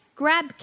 Grab